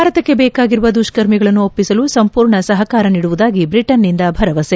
ಭಾರತಕ್ಕೆ ಬೇಕಾಗಿರುವ ದುಷ್ತರ್ಮಿಗಳನ್ನು ಒಪ್ಪಿಸಲು ಸಂಪೂರ್ಣ ಸಹಕಾರ ನೀಡುವುದಾಗಿ ಬ್ರಿಟನ್ನಿಂದ ಭರವಸೆ